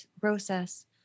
process